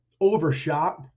overshot